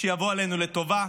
שיבוא עלינו לטובה,